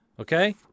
okay